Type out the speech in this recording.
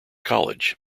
college